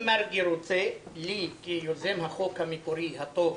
אם מרגי רוצה, לי, כיוזם החוק המקורי, הטוב,